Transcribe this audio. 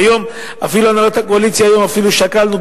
היום אפילו בהנהלת הקואליציה שקלנו,